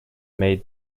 made